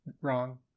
wrong